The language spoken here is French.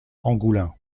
angoulins